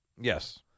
Yes